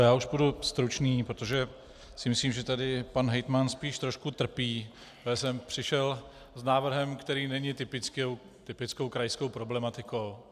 Já už budu stručný, protože si myslím, že tady pan hejtman spíš trošku trpí, že sem přišel s návrhem, který není typickou krajskou problematikou.